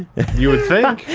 you would think.